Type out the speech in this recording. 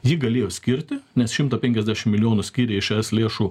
ji galėjo skirti nes šimtą penkiasdešim milijonų skyrė iš e s lėšų